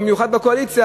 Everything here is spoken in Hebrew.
במיוחד בקואליציה,